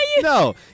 No